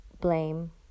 Blame